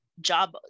job